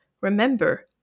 remember